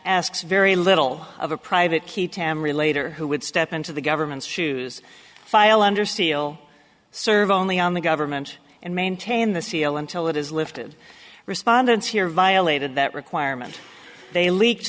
asks very little of a private key tamary later who would step into the government's shoes file under seal serve only on the government and maintain the c l until it is lifted respondents here violated that requirement they leaked